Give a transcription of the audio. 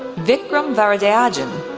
vikram varadarajan,